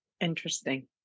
interesting